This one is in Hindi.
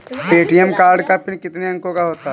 ए.टी.एम कार्ड का पिन कितने अंकों का होता है?